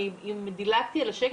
אני דילגתי על השקף,